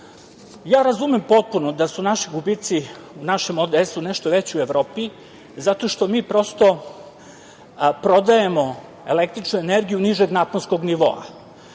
Ja razumem potpuno da su naši gubici u našem ODS nešto veći u Evropi zato što mi prosto prodajemo električnu energiju nižeg naponskog nivoa.